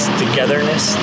togetherness